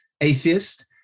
atheist